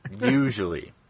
Usually